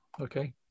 Okay